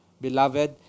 beloved